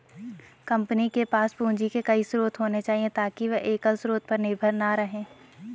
company के पास पूंजी के कई स्रोत होने चाहिए ताकि वे एकल स्रोत पर निर्भर न रहें